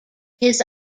his